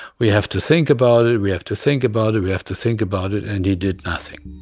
we have to think about it, we have to think about it, we have to think about it and he did nothing